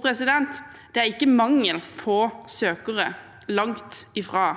Det er ikke mangel på søkere – langt ifra.